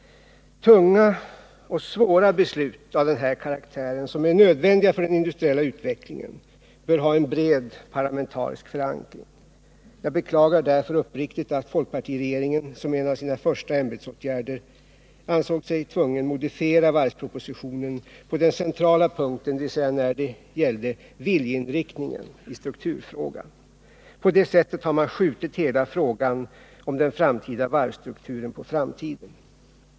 Tunga och svåra beslut av den här karaktären, som är nödvändiga för den industriella utvecklingen, bör ha en bred förankring. Jag beklagar därför uppriktigt att folkpartiregeringen som en av sina första ämbetsåtgärder ansåg sig tvungen modifiera varvspropositionen på den centrala punkten, dvs. när det gällde viljeinriktningen i strukturfrågan. På det sättet har man skjutit hela frågan om den framtida varvsstrukturen på framtiden.